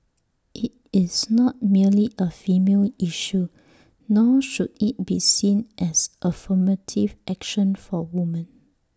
IT is not merely A female issue nor should IT be seen as affirmative action for woman